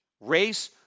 race